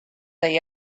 they